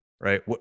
right